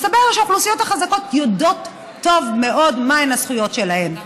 מסתבר שהאוכלוסיות החזקות יודעות טוב מאוד מהן הזכויות שלהן.